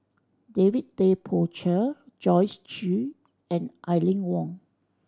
David Tay Poey Cher Joyce Jue and Aline Wong